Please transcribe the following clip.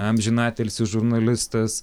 amžiną atilsį žurnalistas